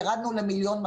ירדנו ל-1.2 מיליון.